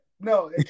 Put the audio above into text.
no